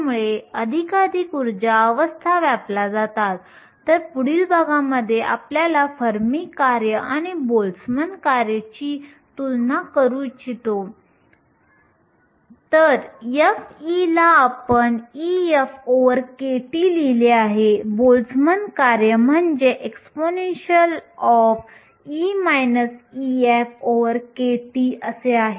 तर आंतरिक अर्धसंवाहकात इलेक्ट्रॉन आणि छिद्रांचे प्रमाण हे तपमानाचे कार्य असते आपण पाहिले की वाहकताचे समीकरण म्हणजे n e μe p e μh होय